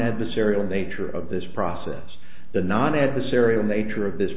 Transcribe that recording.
adversarial nature of this process the non adversarial nature of this